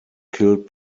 killed